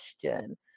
question